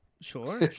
Sure